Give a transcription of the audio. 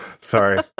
Sorry